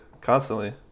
constantly